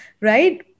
right